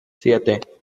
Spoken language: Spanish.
siete